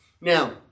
Now